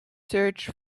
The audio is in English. search